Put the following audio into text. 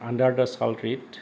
under the sal tree